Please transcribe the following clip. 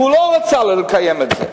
הוא לא רצה לקיים את זה.